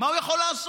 מה הוא יכול לעשות?